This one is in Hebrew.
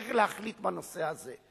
שצריך להחליט בנושא הזה,